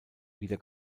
wieder